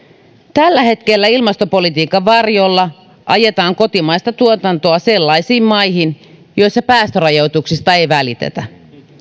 tällä hetkellä ilmastopolitiikan varjolla ajetaan kotimaista tuotantoa sellaisiin maihin joissa päästörajoituksista ei välitetä